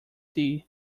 tea